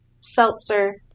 seltzer